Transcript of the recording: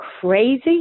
crazy